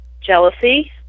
jealousy